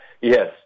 yes